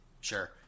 Sure